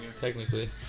technically